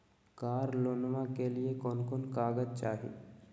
कार लोनमा के लिय कौन कौन कागज चाही?